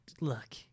look